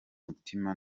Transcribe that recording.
mutima